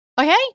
okay